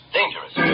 dangerous